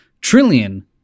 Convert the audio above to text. Trillion